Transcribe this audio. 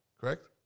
correct